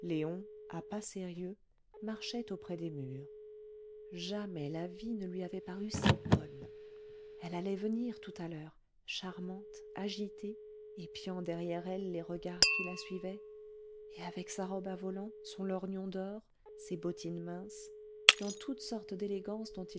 à pas sérieux marchait auprès des murs jamais la vie ne lui avait paru si bonne elle allait venir tout à l'heure charmante agitée épiant derrière elle les regards qui la suivaient et avec sa robe à volants son lorgnon d'or ses bottines minces dans toute sorte d'élégances dont il